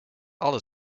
alle